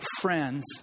friends